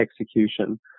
execution